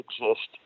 exist